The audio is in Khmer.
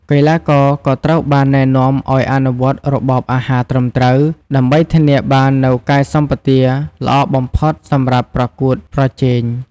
កីឡាករក៏ត្រូវបានណែនាំឱ្យអនុវត្តរបបអាហារត្រឹមត្រូវ ដើម្បីធានាបាននូវកាយសម្បទាល្អបំផុត សម្រាប់ប្រកួតប្រជែង។